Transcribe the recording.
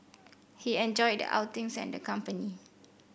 he enjoyed the outings and the company